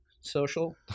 Social